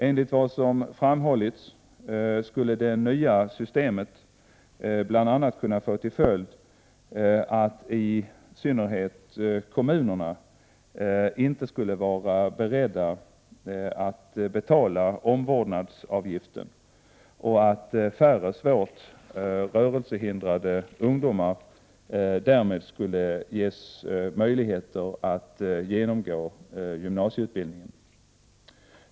Enligt vad som framhållits skulle det nya systemet bl.a. kunna få till följd att i synnerhet kommunerna inte skulle vara beredda att betala omvårdnadsavgiften och att färre svårt rörelsehindrade ungdomar därmed skulle ges möjligheter att genomgå gymnasieutbildningen.